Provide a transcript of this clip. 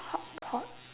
hotpot